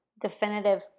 definitive